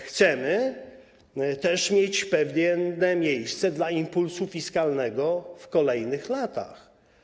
Chcemy też mieć pewne miejsce dla impulsu fiskalnego w kolejnych latach.